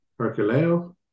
Herculeo